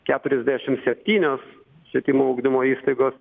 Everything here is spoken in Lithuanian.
keturiasdešim septynios švietimo ugdymo įstaigos